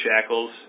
shackles